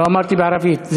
לא אמרתי בערבית.